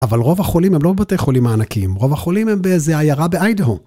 אבל רוב החולים הם לא בתי חולים הענקים, רוב החולים הם באיזו עיירה באיידהו.